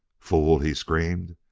fool! he screamed,